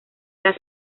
las